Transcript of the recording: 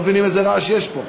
אתם לא מבינים איזה רעש יש פה.